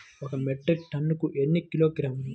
ఒక మెట్రిక్ టన్నుకు ఎన్ని కిలోగ్రాములు?